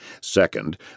Second